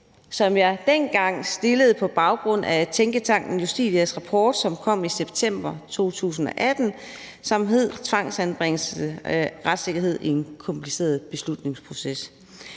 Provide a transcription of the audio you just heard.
som jeg dengang fremsatte på baggrund af tænketanken Justitias rapport, som kom i september 2018, og som hed »Tvangsanbringelser – retssikkerhed i en kompliceret beslutningsproces«.